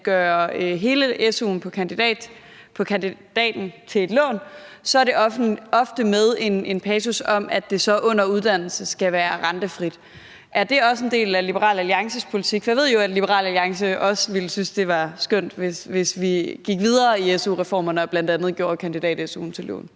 gøre hele su'en på kandidaten til et lån, er det ofte med en passus om, at det så under uddannelse skal være rentefrit. Er det også en del af Liberal Alliances politik? For jeg ved jo, at Liberal Alliance også ville synes, det var skønt, hvis vi gik videre i su-reformerne og bl.a. gjorde kandidat-su'en til lån.